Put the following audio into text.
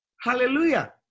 Hallelujah